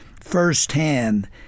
firsthand